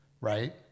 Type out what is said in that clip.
right